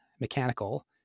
mechanical